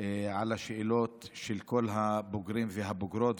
על השאלות של כל הבוגרים והבוגרות.